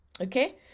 Okay